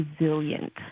resilient